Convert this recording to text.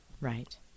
Right